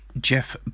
Jeff